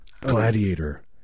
gladiator